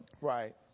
Right